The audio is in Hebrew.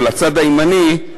או לצד הימני,